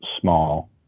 small